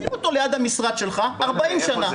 שים אותו ליד המשרד שלך 40 שנה,